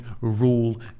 rule